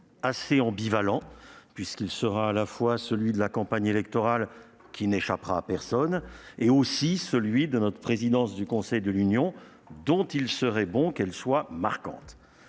assez ambivalent, puisqu'il sera à la fois celui de la campagne électorale, ce qui ne saurait échapper à personne, et celui de notre présidence du Conseil de l'Union, dont il serait bon qu'elle soit marquante.